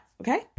Okay